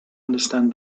understand